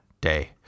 Day